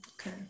okay